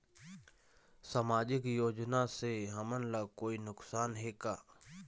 सामाजिक योजना से हमन ला कोई नुकसान हे का?